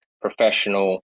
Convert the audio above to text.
professional